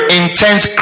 intense